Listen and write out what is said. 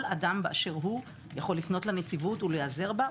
כל אדם באשר הוא יכול לפנות לנציבות ולהיעזר בה,